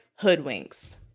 Hoodwinks